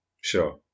Sure